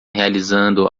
realizando